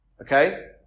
Okay